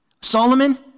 Solomon